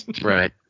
Right